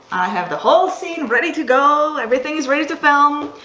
have the whole scene ready to go, everything is ready to film,